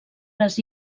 les